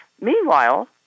Meanwhile